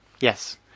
Yes